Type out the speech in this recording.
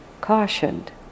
cautioned